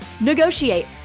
negotiate